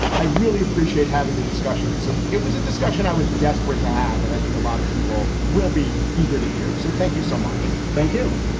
i really appreciate having the discussion because so it was a discussion i was desperate to have, and i think a lot of people will be eager to hear. so thank you so much. thank you.